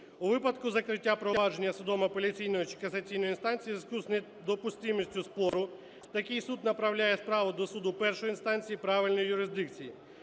У випадку закриття провадження судом апеляційної чи касаційної інстанції у зв'язку з недопустимістю спору, такий суд направляє справу до суду першої інстанції правильної юрисдикції.